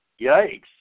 Yikes